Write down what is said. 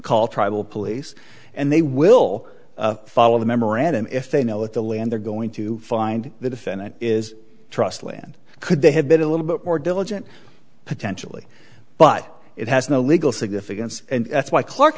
call tribal police and they will follow the memorandum if they know that the land they're going to find the defendant is trust land could they have been a little bit more diligent potentially but it has no legal significance and that's why clark